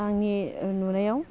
आंनि नुनायाव